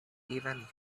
even